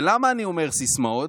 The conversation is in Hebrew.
ולמה אני אומר סיסמאות?